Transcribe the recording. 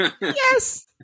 Yes